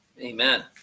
Amen